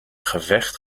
gevecht